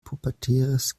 pubertäres